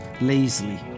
lazily